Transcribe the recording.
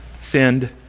sinned